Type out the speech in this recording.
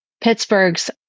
Pittsburgh's